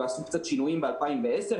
ועשו קצת שינויים ב-2010.